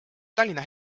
tallinna